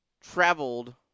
traveled